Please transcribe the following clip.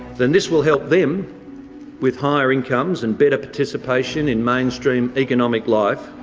then this will help them with higher incomes and better participation in mainstream economic life,